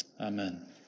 Amen